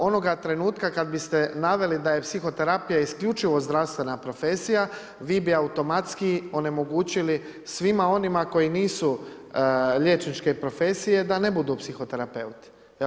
Onoga trenutka kada biste naveli da je psihoterapija isključivo zdravstvena profesija, vi bi automatski onemogućili svima onima koji nisu liječničke profesije da ne budu psihoterapeuti.